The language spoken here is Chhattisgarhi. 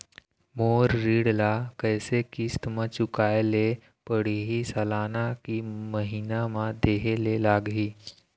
मोर ऋण ला कैसे किस्त म चुकाए ले पढ़िही, सालाना की महीना मा देहे ले लागही?